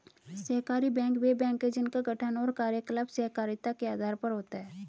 सहकारी बैंक वे बैंक हैं जिनका गठन और कार्यकलाप सहकारिता के आधार पर होता है